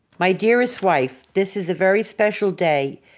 my dearest wife, this is a very special day.